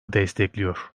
destekliyor